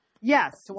Yes